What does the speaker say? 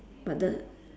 but the